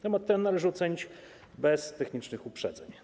Temat ten należy ocenić bez technicznych uprzedzeń.